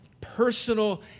personal